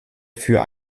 für